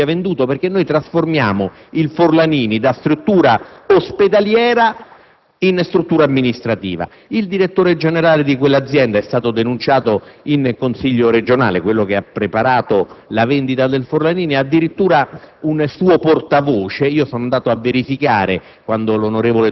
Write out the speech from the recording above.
un appello alla Regione affinché il Forlanini non venga venduto, perché noi lo trasformiamo da struttura ospedaliera in struttura amministrativa. Il direttore generale di quell'azienda è stato denunciato in Consiglio regionale. Si tratta di colui che ha preparato la vendita del Forlanini e che ha addirittura